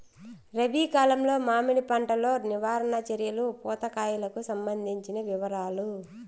రబి కాలంలో మామిడి పంట లో నివారణ చర్యలు పూత కాయలకు సంబంధించిన వివరాలు?